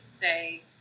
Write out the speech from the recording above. say